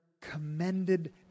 commended